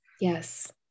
Yes